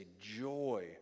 joy